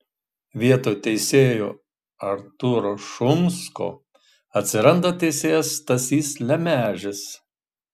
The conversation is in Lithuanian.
vietoj teisėjo artūro šumsko atsiranda teisėjas stasys lemežis